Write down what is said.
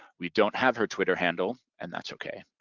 we don't have her twitter handle and that's okay.